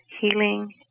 healing